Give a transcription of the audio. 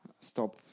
stop